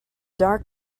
dark